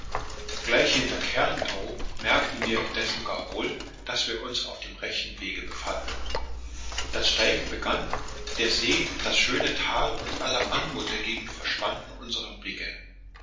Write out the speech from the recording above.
gleich hinter cairndow merkten wir indessen gar wohl daß wir uns auf dem rechten wege befanden das steigen begann der see das schöne tal und alle anmut der gegend verschwanden unserem blicke